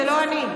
זה לא אני.